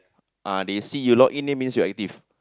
ah they see you log in that means you active